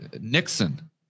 Nixon